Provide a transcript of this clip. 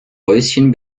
häuschen